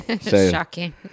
Shocking